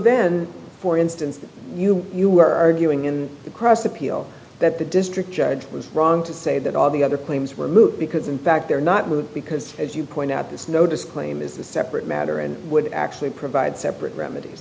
then for instance you you were arguing in the cross appeal that the district judge was wrong to say that all the other claims were moot because in fact they're not moot because as you point out this notice claim is a separate matter and would actually provide separate remedies